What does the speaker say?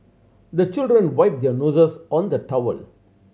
the children wipe their noses on the towel